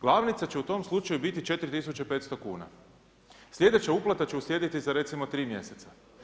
Glavnica će u tom slučaju biti 4500kn, sljedeća uplata će uslijediti za recimo 3 mjeseca.